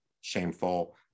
shameful